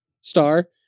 star